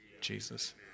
Jesus